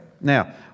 Now